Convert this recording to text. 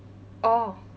oh